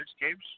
games